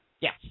Yes